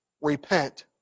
repent